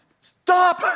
stop